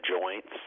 joints